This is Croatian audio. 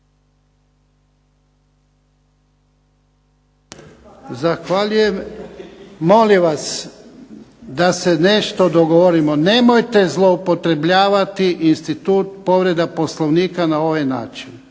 Zahvaljujem. Molim vas, da se nešto dogovorimo. Nemojte zloupotrebljavati institut povrede Poslovnika na ovaj način.